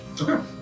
okay